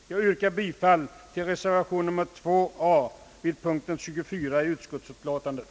Jag yrkar bifall till reservation a vid punkten 24 i utskottsutlåtandet.